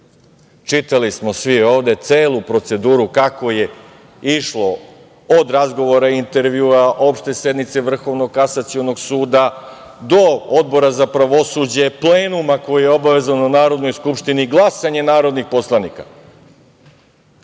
Čitali smo svi ovde celu proceduru kako je išlo od razgovora, intervjua, opšte sednice Vrhovnog kasacionog suda do Odbora za pravosuđe, plenuma koji je obavezan u Narodnoj skupštini, glasanje narodnih poslanika.